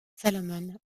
salomon